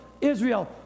Israel